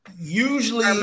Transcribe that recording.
Usually